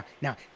now